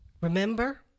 Remember